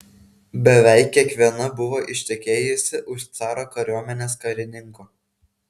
beveik kiekviena buvo ištekėjusi už caro kariuomenės karininko